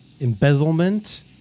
Embezzlement